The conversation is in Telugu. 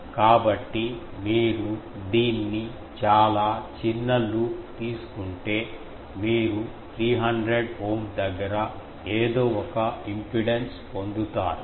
కాబట్టి మీరు దీన్ని చాలా చిన్న లూప్ తీసుకుంటే మీరు 300 ఓం దగ్గర ఏదో ఒక ఇంపిడెన్స్ పొందుతారు